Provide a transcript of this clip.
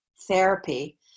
therapy